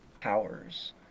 powers